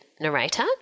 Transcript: narrator